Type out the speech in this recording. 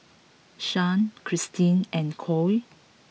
Shae Christene and Coy